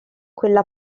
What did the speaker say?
quella